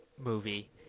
movie